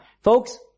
Folks